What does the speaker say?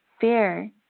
Fear